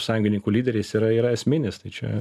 sąjungininkų lyderiais yra yra esminis tai čia